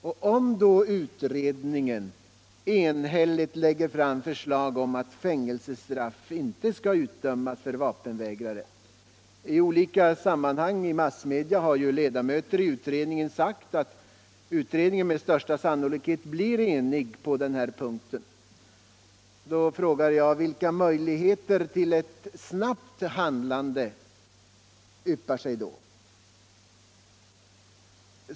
Och om utredningen enhälligt lägger fram förslag om att fängelsestraff inte skall utdömas för vapenvägran - i olika sammanhang i massmedia har ju ledamöter av utredningen sagt att utredningen med största sannolikhet blir enig på den punkten —- frågar jag: Vilka möjligheter till ett snabbt handlande yppar sig då?